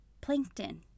Plankton